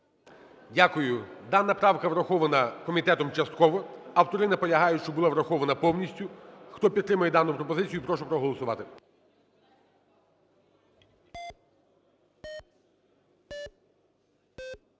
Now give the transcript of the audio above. Дякую. Дана правка врахована комітетом частково. Автори наполягають, щоб була врахована повністю. Хто підтримує дану пропозицію, прошу проголосувати.